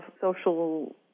social